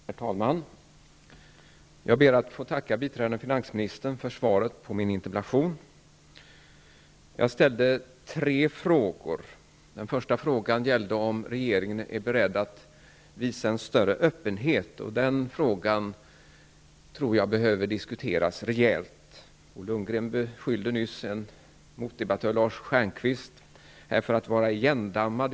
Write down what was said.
Herr talman! Jag ber att få tacka biträdande finansministern för svaret på min interpellation. Jag har ställt tre frågor. Den första frågan gäller om regeringen är beredd att visa en större öppenhet. Den frågan tror jag behöver diskuteras rejält. Bo Lundgren beskyllde nyss motdebattören Lars Stjernkvist för att vara igendammad.